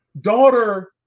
Daughter